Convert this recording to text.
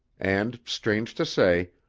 and, strange to say,